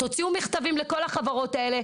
תוציאו מכתבים לכל החברות האלה,